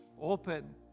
open